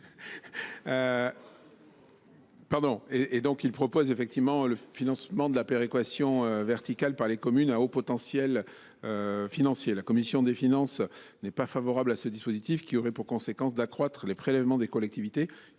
effort ! Il vise à prévoir que le financement de la péréquation verticale sera assuré par les communes à haut potentiel financier. La commission des finances n’est pas favorable à ce dispositif qui aurait pour conséquence d’accroître les prélèvements des collectivités